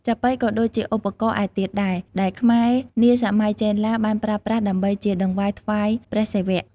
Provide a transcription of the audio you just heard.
ចាប៉ីក៏ដូចជាឧបករណ៍ឯទៀតដែរ ដែលខ្មែរនាសម័យចេនឡាបានប្រើប្រាស់ដើម្បីជាតង្វាយថ្វាយព្រះសិវៈ។